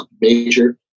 major